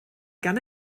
gan